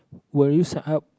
will you sign up